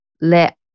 let